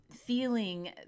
feeling